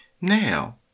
Now